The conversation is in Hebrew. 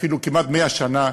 אפילו כמעט 100 שנה.